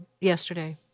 yesterday